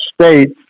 states